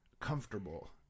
comfortable